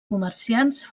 comerciants